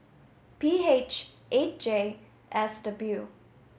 P H eight J S W